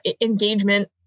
engagement